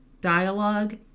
dialogue